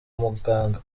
muganga